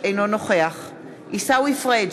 אינו נוכח עיסאווי פריג'